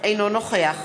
אינו נוכח